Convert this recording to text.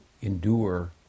endure